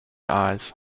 eyes